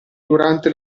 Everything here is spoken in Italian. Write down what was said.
durante